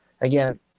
Again